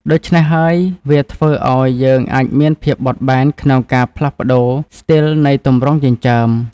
ដូច្នេះហើយ វាធ្វើអោយយើងអាចមានភាពបត់បែនក្នុងការផ្លាស់ប្តូរស្ទីលនៃទម្រង់ចិញ្ចើម។